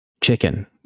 Chicken